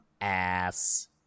ass